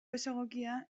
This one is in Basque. desegokia